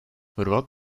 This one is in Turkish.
hırvat